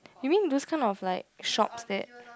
you mean those kind of like shops that